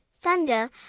thunder